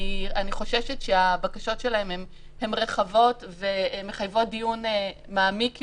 אני חוששת שהבקשות שלהם הן רחבות והן מחייבות דיון מעמיק יותר,